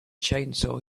chainsaw